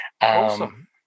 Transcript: Awesome